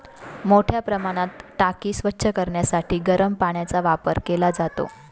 मोठ्या प्रमाणात टाकी स्वच्छ करण्यासाठी गरम पाण्याचा वापर केला जातो